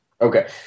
Okay